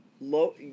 low